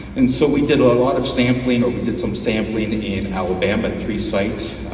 and so we did a lot of sampling, or we did some sampling, in alabama at three sites.